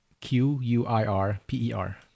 Q-U-I-R-P-E-R